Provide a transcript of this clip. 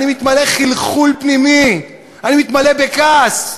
אני מתמלא חלחול פנימי, אני מתמלא בכעס,